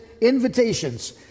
invitations